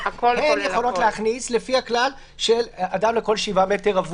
הן יכולות להכניס לפי הכלל של אדם לכל שבעה מ"ר,